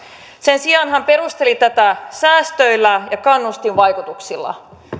sen sijaan hän perusteli tätä säästöillä ja kannustinvaikutuksilla